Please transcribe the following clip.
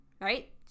right